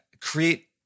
create